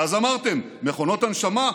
ואז אמרתם: מכונות הנשמה?